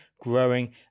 growing